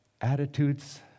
attitudes